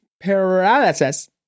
paralysis